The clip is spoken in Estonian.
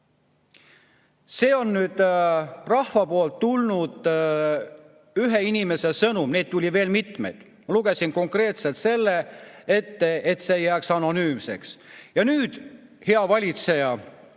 See on nüüd rahva poolt tulnud ühe inimese sõnum, neid tuli veel mitmeid. Ma lugesin konkreetselt selle ette, et see ei jääks anonüümseks. Nüüd, hea valitseja,